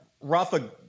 Rafa